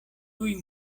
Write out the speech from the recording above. tuj